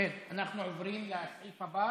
שבעה בעד,